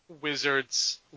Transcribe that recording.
Wizards